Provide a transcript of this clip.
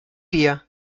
wir